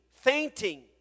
fainting